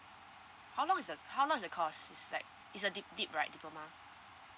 how long is the how much the course is like it's a di~ di~ right diploma